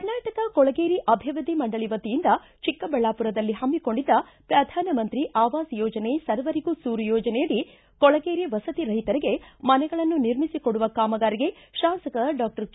ಕರ್ನಾಟಕ ಕೊಳಗೇರಿ ಅಭಿವೃದ್ಧಿ ಮಂಡಳಿ ವತಿಯಿಂದ ಚಿಕ್ಕಬಳ್ಳಾಪುರದಲ್ಲಿ ಪಮ್ಮಕೊಂಡಿದ್ದ ಪ್ರಧಾನ ಮಂತ್ರಿ ಆವಾಜ್ ಯೋಜನೆ ಸರ್ವರಿಗೂ ಸೂರು ಯೋಜನೆಯಡಿ ಕೊಳಗೇರಿ ವಸತಿ ರಹಿತರಿಗೆ ಮನೆಗಳನ್ನು ನಿರ್ಮಿಸಿಕೊಡುವ ಕಾಮಗಾರಿಗೆ ಶಾಸಕ ಡಾಕ್ಟರ್ ಕೆ